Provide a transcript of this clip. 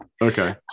okay